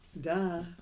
Duh